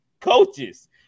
coaches